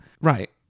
Right